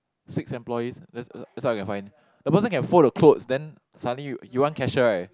six employees that's all that's all I can find the person can fold the cloth then suddenly you you want cashier right